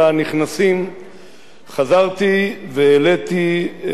חזרתי והעליתי בפני הכנסת